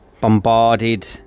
bombarded